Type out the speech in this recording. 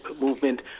movement